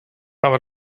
aber